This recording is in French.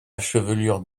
chevelure